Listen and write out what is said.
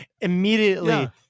immediately